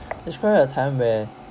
describe a time where